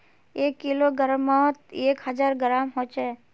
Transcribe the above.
एक किलोग्रमोत एक हजार ग्राम होचे